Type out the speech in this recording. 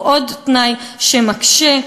היא עוד תנאי שמקשה,